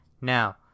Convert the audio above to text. now